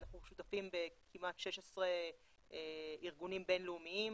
אנחנו שותפים בכמעט 16 ארגונים בינלאומיים.